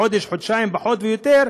חודש, חודשיים, פחות או יותר.